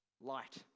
Light